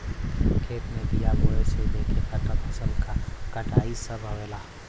खेत में बिया बोये से लेके फसल क कटाई सभ आवेला